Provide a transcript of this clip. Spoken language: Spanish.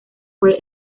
fue